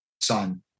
son